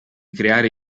creare